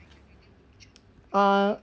uh